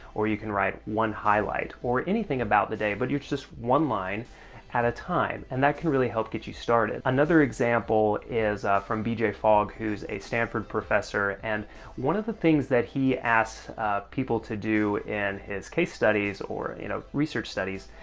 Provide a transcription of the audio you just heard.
or you can write one highlight, or anything about the day, but it's just one line at a time, and that can really help get you started. another example is from b j. fogg, who's a stanford professor, and one of the things that he asks people to do in his case studies, or you know research studies,